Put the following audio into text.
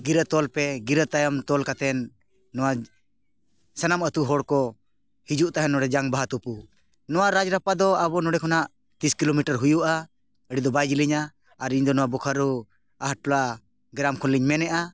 ᱜᱤᱨᱟᱹ ᱛᱚᱞ ᱯᱮ ᱜᱤᱨᱟᱹ ᱛᱟᱭᱚᱢ ᱛᱚᱞ ᱠᱟᱛᱮᱫ ᱱᱚᱣᱟ ᱥᱟᱱᱟᱢ ᱟᱛᱳ ᱦᱚᱲ ᱠᱚ ᱦᱤᱡᱩᱜ ᱛᱟᱦᱮᱱ ᱱᱚᱸᱰᱮ ᱡᱟᱝ ᱵᱟᱦᱟ ᱛᱩᱯᱩ ᱱᱚᱣᱟ ᱨᱟᱡᱽ ᱨᱟᱯᱯᱟ ᱫᱚ ᱟᱵᱚ ᱱᱚᱸᱰᱮ ᱠᱷᱚᱱᱟᱜ ᱛᱤᱨᱤᱥ ᱠᱤᱞᱳᱢᱤᱴᱟᱨ ᱦᱩᱭᱩᱜᱼᱟ ᱟᱹᱰᱤ ᱫᱚ ᱵᱟᱭ ᱡᱮᱞᱮᱧᱟ ᱟᱨ ᱤᱧᱫᱚ ᱱᱚᱣᱟ ᱵᱳᱠᱟᱨᱳ ᱟᱦᱟᱨ ᱴᱚᱞᱟ ᱜᱮᱨᱟᱢ ᱠᱷᱚᱱᱞᱤᱧ ᱢᱮᱱᱮᱫᱼᱟ